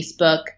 Facebook